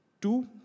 Two